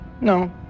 No